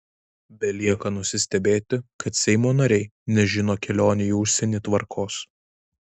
belieka nusistebėti kad seimo nariai nežino kelionių į užsienį tvarkos